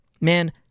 Man